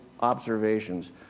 observations